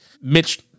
Mitch